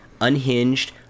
Unhinged